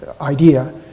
idea